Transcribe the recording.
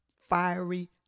fiery